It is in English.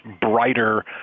brighter